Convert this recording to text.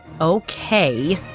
Okay